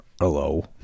hello